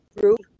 group